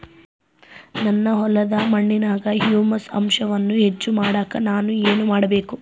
ನನ್ನ ಹೊಲದ ಮಣ್ಣಿನಾಗ ಹ್ಯೂಮಸ್ ಅಂಶವನ್ನ ಹೆಚ್ಚು ಮಾಡಾಕ ನಾನು ಏನು ಮಾಡಬೇಕು?